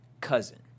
cousin